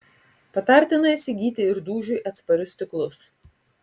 patartina įsigyti ir dūžiui atsparius stiklus